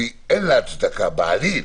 ואין לה הצדקה בעליל.